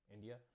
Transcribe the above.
India